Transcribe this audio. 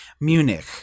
Munich